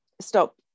stop